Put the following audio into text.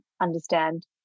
understand